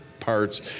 parts